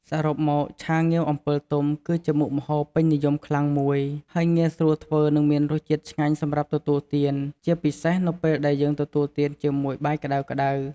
សរុបមក ឆាងាវអំពិលទុំ គឺជាមុខម្ហូបពេញនិយមខ្លាំងមួយ ហើយងាយស្រួលធ្វើ និងមានរសជាតិឆ្ងាញ់សម្រាប់ទទួលទាន ជាពិសេសនៅពេលដែលយើងទទួលទានជាមួយបាយក្ដៅៗ។